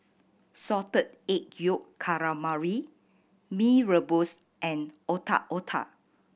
Salted Egg Yolk Calamari Mee Rebus and Otak Otak